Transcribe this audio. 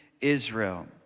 Israel